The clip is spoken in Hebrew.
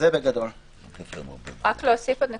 רק להוסיף עוד נקודה,